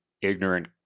ignorant